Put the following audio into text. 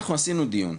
אנחנו עשינו דיון.